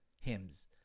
Hymns